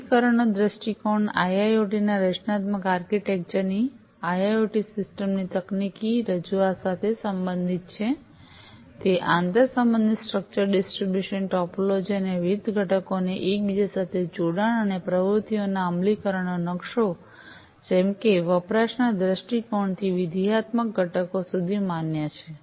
અમલીકરણનો દૃષ્ટિકોણ આઈઆઈઑટી ના રચનાત્મક આર્કિટેક્ચર ની આઈઆઈઑટી સિસ્ટમ ની તકનીકી રજૂઆત સાથે સંબંધિત છે તે આંતરસંબંધની સ્ટ્રક્ચર ડિસ્ટ્રિબ્યૂશન ટોપોલોજી અને વિવિધ ઘટકોનો એકબીજા સાથે જોડાણ અને પ્રવૃત્તિઓના અમલીકરણનો નકશો જેમ કે વપરાશના દૃષ્ટિકોણથી વિધેયાત્મક ઘટકો સુધી માન્ય છે